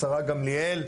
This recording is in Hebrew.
השרה גמליאל,